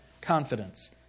confidence